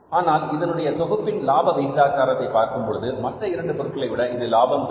ஆனால் இதனுடைய தொகுப்பின் லாப விகிதாச்சாரத்தை பார்க்கும் பொழுது மற்ற இரண்டு பொருட்களை விட இது லாபம் தரும்